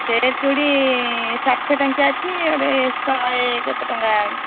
set ଚୁଡ଼ି ଷାଠିଏ ଟଙ୍କିଆ ଅଛି ଗୋଟେ ଶହେ କେତେ ଟଙ୍କା